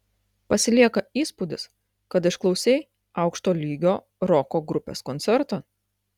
pasilieka įspūdis kad išklausei aukšto lygio roko grupės koncertą